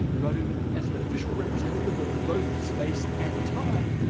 radu as an official representative of both space and time,